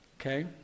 Okay